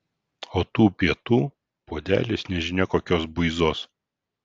o tų pietų puodelis nežinia kokios buizos